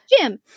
Jim